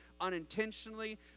unintentionally